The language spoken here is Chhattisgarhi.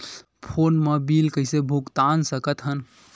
फोन मा बिल कइसे भुक्तान साकत हन?